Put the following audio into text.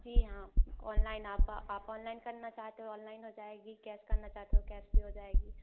जी हाँ ऑनलाइन आप आप ऑनलाइन करना चाहते हो ऑनलाइन हो जाएगी कैस करना चाहते हो तो कैस भी हो जाएगी